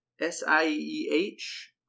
S-I-E-H